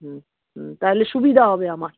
হুম হুম তাহলে সুবিধা হবে আমার